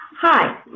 Hi